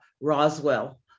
Roswell